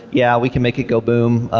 yeah we can make it go boom.